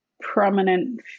prominent